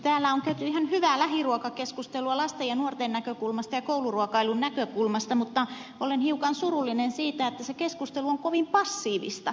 täällä on käyty ihan hyvää lähiruokakeskustelua lasten ja nuorten näkökulmasta ja kouluruokailun näkökulmasta mutta olen hiukan surullinen siitä että se keskustelu on kovin passiivista